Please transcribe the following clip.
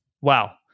wow